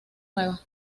nuevas